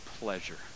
pleasure